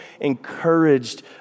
encouraged